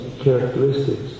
characteristics